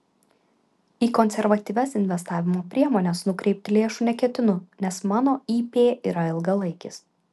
į konservatyvias investavimo priemones nukreipti lėšų neketinu nes mano ip yra ilgalaikis